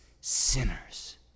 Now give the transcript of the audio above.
sinners